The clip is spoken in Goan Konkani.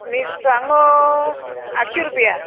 मिरसांगो आठशीं रुपया